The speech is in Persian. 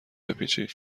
بپیچید